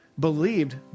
Believed